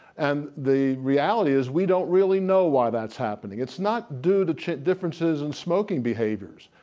and the reality is, we don't really know why that's happening. it's not due to differences in smoking behaviors.